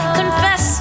confess